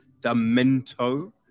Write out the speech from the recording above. Demento